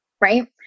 right